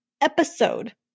episode